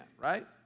right